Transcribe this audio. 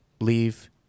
leave